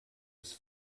ist